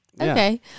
okay